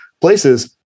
places